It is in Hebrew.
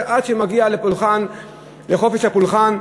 זה עד שמגיעים לחופש הפולחן,